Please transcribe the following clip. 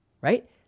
right